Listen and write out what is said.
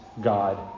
God